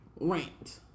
rant